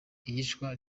iyicwa